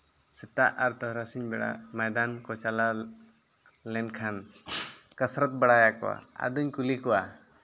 ᱥᱮᱛᱟᱜ ᱟᱨ ᱛᱟᱨᱟᱥᱤᱧ ᱵᱮᱲᱟ ᱢᱟᱭᱫᱟᱱ ᱠᱚ ᱪᱟᱞᱟᱣ ᱞᱮᱱᱠᱷᱟᱱ ᱠᱟᱥᱨᱟᱛ ᱵᱟᱲᱟᱭᱟᱠᱚ ᱟᱹᱫᱩᱧ ᱠᱩᱞᱤ ᱠᱚᱣᱟ